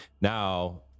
Now